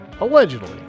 allegedly